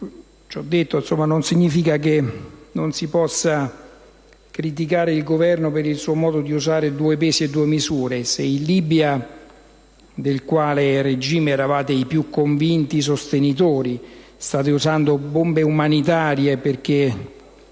Ciò detto, non significa che non si possa criticare il Governo per il suo modo di usare due pesi e due misure. Se in Libia, del quale regime eravate i più convinti sostenitori, state usando bombe umanitarie, perché